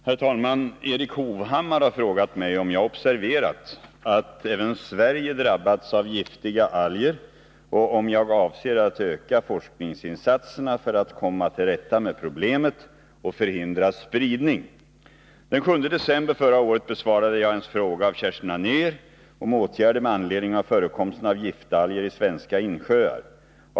Herr talman! Erik Hovhammar har frågat mig om jag observerat att även Sverige drabbats av giftiga alger och om jag avser att öka forskningsinsatserna för att komma till rätta med problemet och förhindra spridning. Den 7 december förra året besvarade jag en fråga av Kerstin Anér om åtgärder med anledning av förekomsten av giftalger i svenska insjöar.